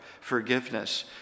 forgiveness